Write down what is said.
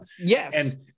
Yes